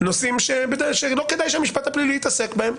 נושאים שלא כדאי שהמשפט הפלילי יתעסק בהם.